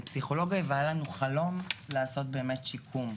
פסיכולוגיה והיה לנו חלום לעשות באמת שיקום.